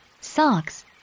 Socks